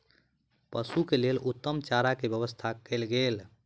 पशु के लेल उत्तम चारा के व्यवस्था कयल गेल